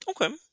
Okay